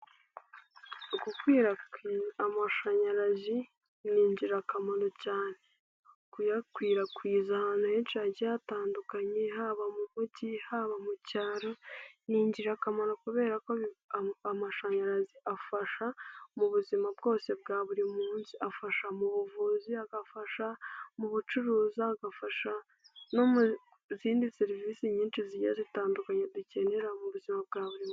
Ugukwirakwiza amashanyarazi ni ingirakamaro cyane kuyakwirakwiza ahantu henshi hagiye hatandukanye haba mu mujyi, haba mu cyaro ni ingirakamaro kubera ko amashanyarazi afasha mu buzima bwose bwa buri munsi, afasha mu buvuzi, agafasha mu bucuruzi, agafasha no mu zindi serivisi nyinshi zigiye zitandukanye dukenera mu buzima bwa buri.